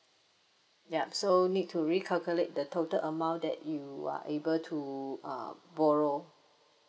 yup so need to recalculate the total amount that you are able to uh borrow